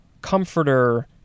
comforter